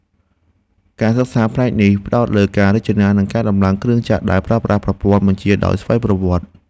ការសិក្សាផ្នែកនេះផ្តោតលើការរចនា និងការដំឡើងគ្រឿងចក្រដែលប្រើប្រាស់ប្រព័ន្ធបញ្ជាដោយស្វ័យប្រវត្តិ។